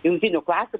jungtinių klasių